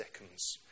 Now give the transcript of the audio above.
seconds